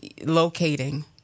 locating